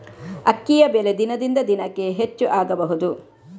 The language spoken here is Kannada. ಅಕ್ಕಿಯ ಬೆಲೆ ದಿನದಿಂದ ದಿನಕೆ ಹೆಚ್ಚು ಆಗಬಹುದು?